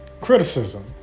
criticism